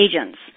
agents